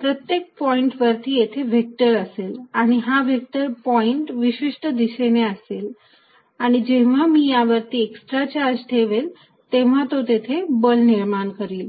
प्रत्येक पॉईंट वरती येथे व्हेक्टर असेल आणि हा व्हेक्टर पॉईंट विशिष्ट दिशेने असेल आणि जेव्हा मी या वरती एक्स्ट्रा चार्ज ठेवेल तेव्हा तो तिथे बल निर्माण करील